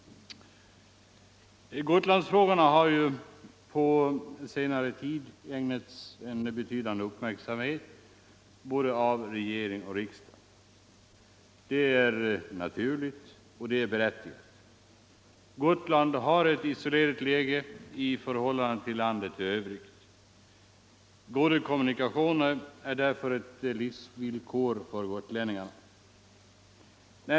Gotlandsfrågorna har på senare tid ägnats en betydande uppmärksamhet både av regering och av riksdag. Det är naturligt och berättigat. Gotland har ett isolerat läge i förhållande till landet i övrigt. Goda kommunikationer är därför ett livsvillkor för gotlänningarna.